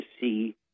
see